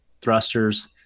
thrusters